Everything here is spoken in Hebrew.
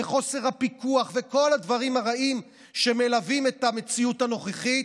חוסר הפיקוח וכל הדברים הרעים שמלווים את המציאות הנוכחית,